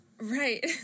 Right